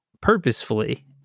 purposefully